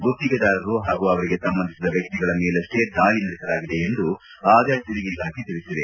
ಗುತ್ತಿಗೆದಾರರು ಹಾಗೂ ಅವರಿಗೆ ಸಂಬಂಧಿಸಿದ ವ್ಯಕ್ತಿಗಳ ಮೇಲಷ್ಟೆ ದಾಳಿ ನಡೆಸಲಾಗಿದೆ ಎಂದು ಆದಾಯ ತೆರಿಗೆ ಇಲಾಖೆ ತಿಳಿಸಿದೆ